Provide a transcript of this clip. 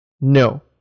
No